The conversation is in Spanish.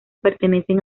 pertenecen